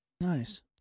Nice